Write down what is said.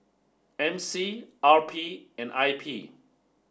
M C R P and I P